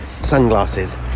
sunglasses